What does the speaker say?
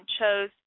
chose